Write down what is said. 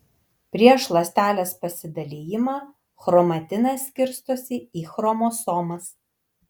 prieš ląstelės pasidalijimą chromatinas skirstosi į chromosomas